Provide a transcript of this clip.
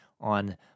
on